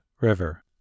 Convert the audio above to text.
River